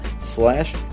slash